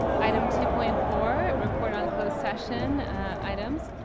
item two point four, report on closed session items,